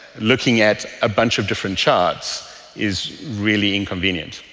looking at a bunch of different charts is really inconvenient.